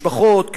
ואותן משפחות,